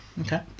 Okay